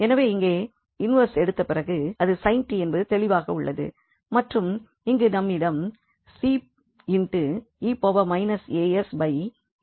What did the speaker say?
எனவே இங்கே இன்வெர்ஸ் எடுத்த பிறகு அது sin t என்பது தெளிவாக உள்ளது மற்றும் இங்கு நம்மிடம் 𝐶e a s s 𝑠2 1 உள்ளது